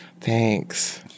thanks